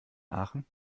aachen